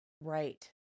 Right